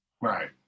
Right